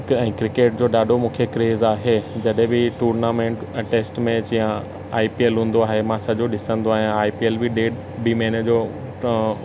हिकु ऐं क्रिकेट जो ॾाढो मूंखे क्रेज आहे जॾहिं बि टूर्नामेंट या टेस्ट मैच या आई पी एल हूंदो आहे मां सॼो ॾिसंदो आहियां आई पी एल बि ॾेढु ॿी महीने जो अ